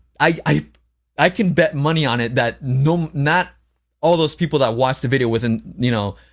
i i can bet money on it that no not all those people that watched the video within, you know,